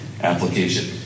application